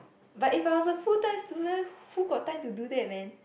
but if I was a full time student who got time to do that man